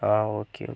ആ okay okay